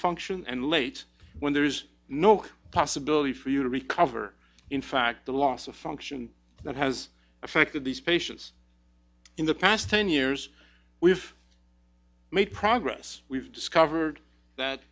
function and late when there's no possibility for you to recover in fact the loss of function that has affected these patients in the past ten years we've made progress we've discovered that